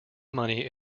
money